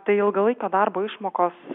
tai ilgalaikio darbo išmokos